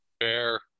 Fair